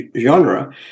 genre